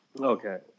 okay